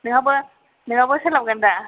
नोंहाबो नोंहाबो सोलाबगोन दा